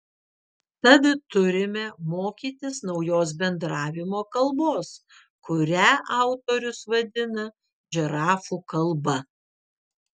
tad turime mokytis naujos bendravimo kalbos kurią autorius vadina žirafų kalba